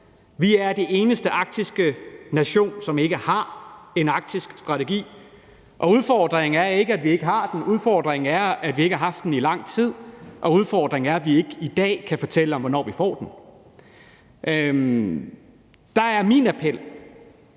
Vi er den eneste arktiske nation, som ikke har en arktisk strategi, og udfordringen er ikke, at vi ikke har den; udfordringen er, at vi ikke har haft den i lang tid, og udfordringen er, at vi ikke i dag kan fortælle om, hvornår vi får den. Der er min appel,